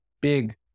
big